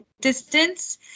distance